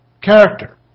character